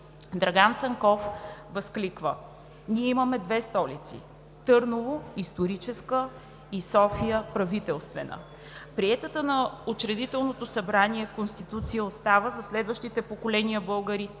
Драган Цанков възкликва: „Ние имаме две столици: Търново – историческа, и София – правителствена.“ Приетата от Учредителното събрание Конституция остава за следващите поколения българи